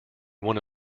one